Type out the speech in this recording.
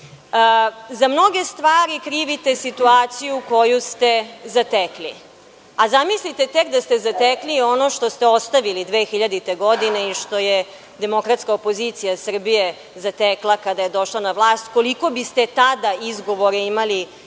mnoge stvari krivite situaciju koju ste zatekli, a zamislite tek da ste zatekli ono što ste ostavili 2000. godine i što je demokratska opozicija Srbije zatekla kada je došla na vlast, koliko biste tada izgovora imali i